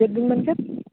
ᱪᱮᱫ ᱵᱮᱱ ᱢᱮᱱᱠᱮᱫᱟ